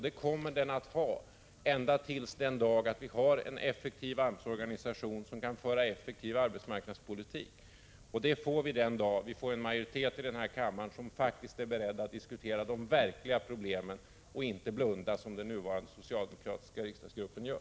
Det kommer den att ha ända till den dag då vi har en effektiv AMS-organisation, som kan föra en effektiv arbetsmarknadspolitik. Det får vi den dag då vi har en majoritet i denna kammare som faktiskt är beredd att diskutera de verkliga problemen i stället för att blunda, som den nuvarande socialdemokratiska riksdagsgruppen gör.